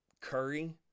Curry